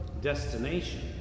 destination